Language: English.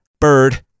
bird